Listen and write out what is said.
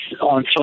on